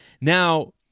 Now